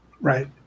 right